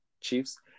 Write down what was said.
Chiefs